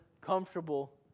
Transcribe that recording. comfortable